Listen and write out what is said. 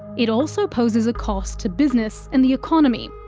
it also poses a cost to business and the economy.